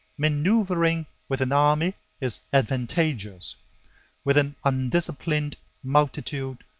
maneuvering with an army is advantageous with an undisciplined multitude,